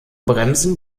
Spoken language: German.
bremsen